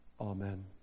Amen